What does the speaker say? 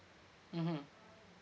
mmhmm